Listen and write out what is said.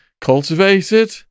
cultivated